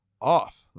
off